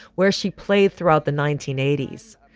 where she played throughout the nineteen eighty s.